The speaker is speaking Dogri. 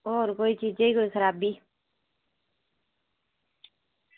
होर कोई किश चीज़ै ई खराबी